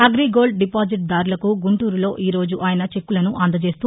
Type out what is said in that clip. AgriGold deposit దారులకు గుంటూరులో ఈరోజు ఆయన చెక్కులను అందజేస్తూ